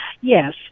Yes